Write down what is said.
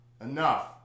Enough